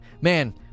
Man